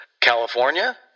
California